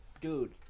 dude